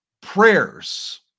Prayers